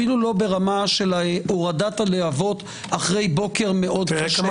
אפילו לא ברמת הורדת הלהבות אחרי בוקר מאוד קשה.